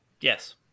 Yes